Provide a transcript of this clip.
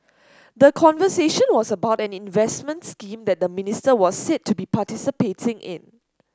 the conversation was about an investment scheme that the minister was said to be participating in